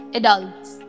adults